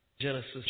Genesis